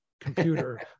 computer